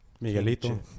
Miguelito